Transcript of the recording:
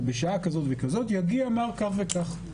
בשעה כזו וכזאת יגיע מר כך וכך.